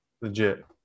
legit